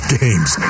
games